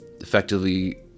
effectively